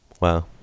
Wow